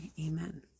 Amen